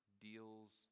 deals